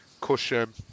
cushion